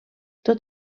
tot